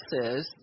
says